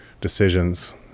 decisions